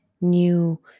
new